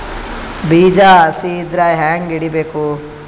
ಬೀಜ ಹಸಿ ಇದ್ರ ಹ್ಯಾಂಗ್ ಇಡಬೇಕು?